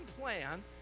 plan